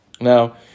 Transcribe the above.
Now